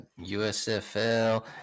usfl